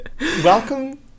Welcome